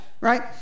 right